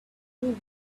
noon